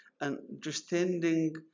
understanding